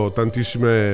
tantissime